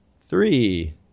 Three